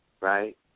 right